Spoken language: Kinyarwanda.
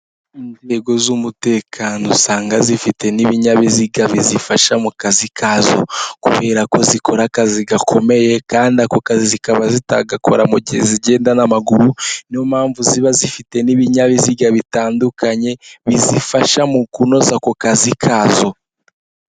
Inzego z'umutekano usanga zifite n'ibinyabiziga bizifasha mu kazi kazo, kubera ko zikora akazi gakomeye kandi ako kazi zikaba zitagakora mu gihe zigenda n'amaguru, niyo mpamvu ziba zifite n'ibinyabiziga bitandukanye bizifasha mu kunoza ako kazi kazo.